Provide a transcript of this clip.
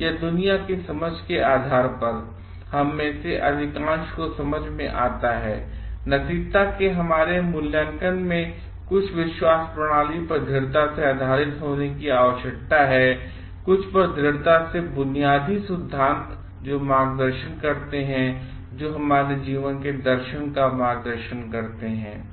या दुनिया की समझ के आधार पर हम में से अधिकांश को समझ में आता है और नैतिकता के हमारे अपने मूल्यांकन को कुछ विश्वास प्रणाली पर दृढ़ता से आधारित होने की आवश्यकता है कुछ पर दृढ़ता से आधारित बुनियादी सिद्धांत जो मार्गदर्शन करते हैं जो हमारे जीवन के दर्शन का मार्गदर्शन करते हैं